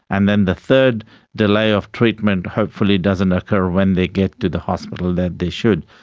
and then the third delay of treatment hopefully doesn't occur when they get to the hospital that they should.